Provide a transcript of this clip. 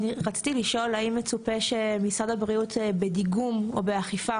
אני רציתי לשאול האם מצופה שמשרד הבריאות בדיגום או באכיפה